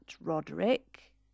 Roderick